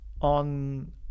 on